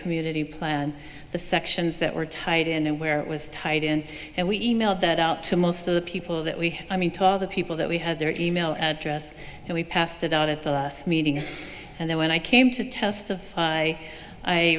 community plan and the sections that were tied in where it was tied in and we e mailed that out to most of the people that we had i mean tall the people that we had their e mail address and we passed it out at the last meeting and then when i came to testify i